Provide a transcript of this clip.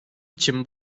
için